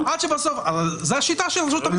זו השיטה של רשות המסים.